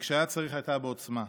וכשהיה צריך הייתה בו עוצמה.